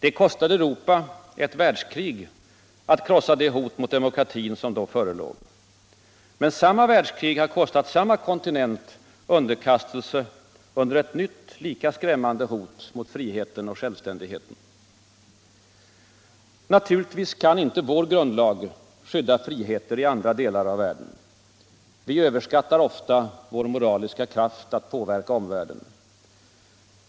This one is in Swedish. Det kostade Europa ett världskrig att krossa det hot mot demokratin som då förelåg. Men samma världskrig har kostat samma kontinent underkastelse under ett nytt, lika skrämmande hot mot friheten och självständigheten. Naturligtvis kan inte vår grundlag skydda friheter i andra delar av världen. Vi överskattar ofta vår moraliska kraft att påverka omvärlden.